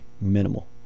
minimal